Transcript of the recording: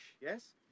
yes